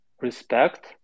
respect